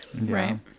Right